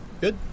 Good